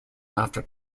after